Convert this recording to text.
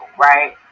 right